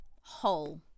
whole